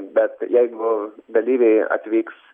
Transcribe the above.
bet jeigu dalyviai atvyks